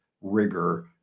rigor